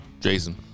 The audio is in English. Jason